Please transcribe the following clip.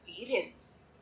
experience